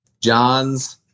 john's